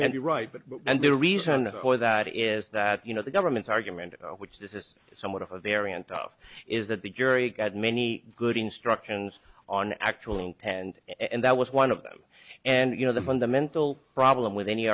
may be right but and the reason for that is that you know the government's argument which this is somewhat of a variant of is that the jury got many good instructions on actually intent and that was one of them and you know the fundamental problem with any